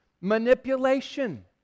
manipulation